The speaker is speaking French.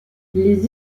les